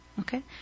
okay